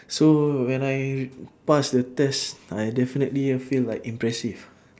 so when I pass the test I definitely feel like impressive